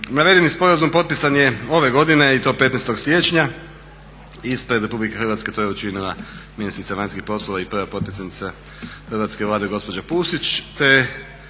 Navedeni sporazum potpisan je ove godine i to 15. siječnja. Ispred RH to je učinila ministrica vanjskih poslova i prva potpredsjednica Hrvatske vlade gospođa Pusić